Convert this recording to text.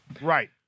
Right